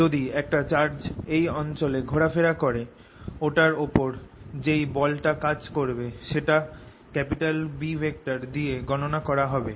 যদি একটা চার্জ এই অঞ্চল এ ঘোরা ফেরা করে ওটার ওপর যেই বল টা কাজ করবে সেটা B দিয়ে গণনা করা হবে